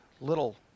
little